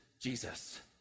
Jesus